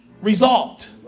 result